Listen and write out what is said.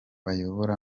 bayobora